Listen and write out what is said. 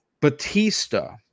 Batista